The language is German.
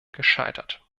gescheitert